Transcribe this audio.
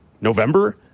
November